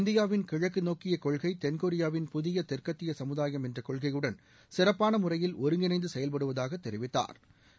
இந்தியாவின் கிழக்கு நோக்கிய கொள்கை தென்கொரியாவின் புதிய தெற்கத்திய சமுதாயம் என்ற கொள்கையுடன் சிறப்பான முறையில் ஒருங்கிணைந்து செயல்படுவதாக தெரிவித்தா்